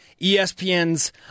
ESPN's